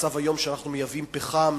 המצב היום הוא שאנחנו מייבאים פחם,